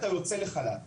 אתה יוצא לחל"ת.